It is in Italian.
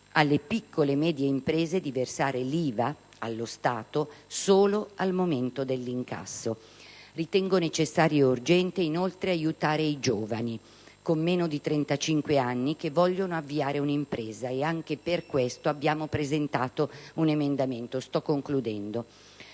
alle piccole e medie imprese di versare l'IVA allo Stato solo al momento dell'incasso. Ritengo, inoltre, necessario e urgente aiutare i giovani con meno di 35 anni che vogliono avviare un'impresa e anche per questo abbiamo presentato un emendamento. Proponiamo